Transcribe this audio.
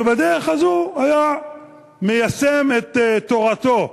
ובדרך הזאת הוא היה מיישם את תורתו,